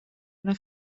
una